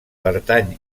pertany